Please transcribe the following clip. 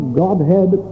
godhead